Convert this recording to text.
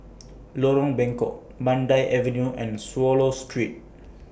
Lorong Bengkok Mandai Avenue and Swallow Street